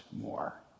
more